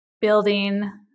building